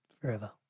forever